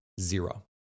Zero